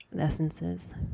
essences